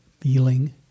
feeling